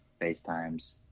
FaceTimes